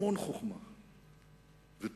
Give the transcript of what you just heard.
המון חוכמה וטוב-לב.